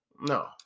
No